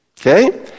Okay